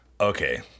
okay